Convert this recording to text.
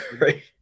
right